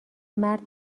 مرد